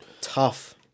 Tough